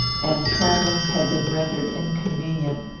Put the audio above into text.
and travelling had been rendered inconvenient.